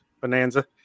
bonanza